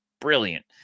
brilliant